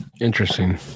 Interesting